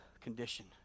condition